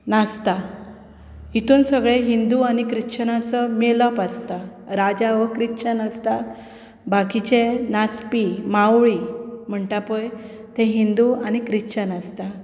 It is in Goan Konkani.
नाचता हातून सगळे हिंदू आनी क्रिश्चन मेलाप आसता राजा हो क्रिच्चन आसता बाकीचे नासपी मावळी म्हणटा पळय ते हिंदू आनी क्रिश्चन आसता